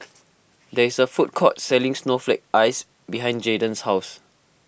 there is a food court selling Snowflake Ice behind Jaiden's house